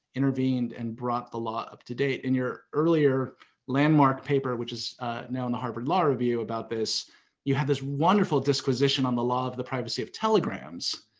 intervened and brought the law up to date. in your earlier landmark paper which is now in the harvard law review about this you have this wonderful disquisition on the law of the privacy of telegrams.